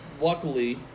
Luckily